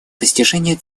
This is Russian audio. достижении